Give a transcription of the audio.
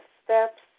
steps